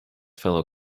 fellow